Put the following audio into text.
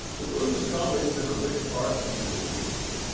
the blues has always been a rich part of mississippi's history.